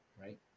right